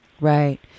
right